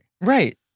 Right